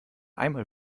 einmal